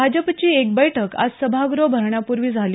भाजपची एक बैठक आज सभागृह भरण्यापूर्वी झाली